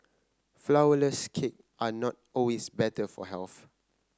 flourless cake are not always better for health